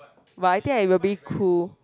but I think I will be cool